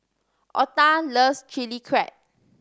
Ota loves Chili Crab